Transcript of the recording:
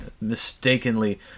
mistakenly